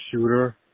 shooter